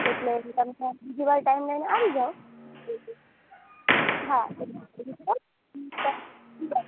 એટલે તમે બીજીવાર ટાઇમ લઈને આવી જાવ હા એટલે બીજીવાર